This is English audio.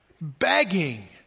begging